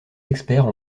experts